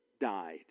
died